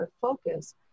focus